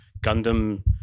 Gundam